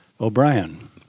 O'Brien